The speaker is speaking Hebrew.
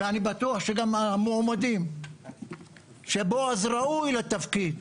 ואני בטוח שגם המועמדים שבועז ראוי לתפקיד.